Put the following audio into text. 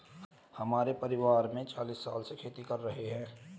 हमारे परिवार में चालीस साल से खेती कर रहे हैं